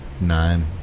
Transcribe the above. nine